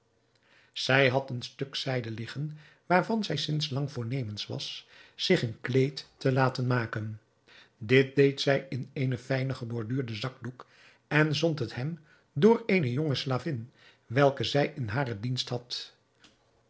zij had een stuk zijde liggen waarvan zij sinds lang voornemens was zich een kleed te laten maken dit deed zij in eenen fijnen geborduurden zakdoek en zond het hem door eene jonge slavin welke zij in haren dienst had